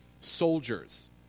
soldiers